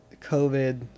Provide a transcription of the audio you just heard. COVID